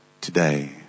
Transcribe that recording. today